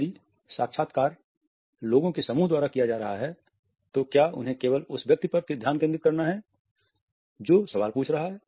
यदि यह साक्षात्कार लोगों के समूह द्वारा किया जा रहा है तो क्या उन्हें केवल उस व्यक्ति पर ध्यान केंद्रित करना चाहिए जो सवाल पूछ रहा है